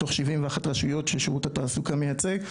מתוך 71 רשויות ששירות התעסוקה מייצג,